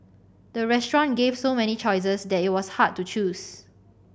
the restaurant gave so many choices that it was hard to choose